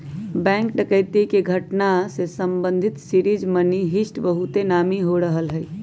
bank डकैती के घटना से संबंधित सीरीज मनी हीस्ट बहुते नामी हो रहल हइ